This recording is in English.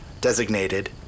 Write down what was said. designated